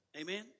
Amen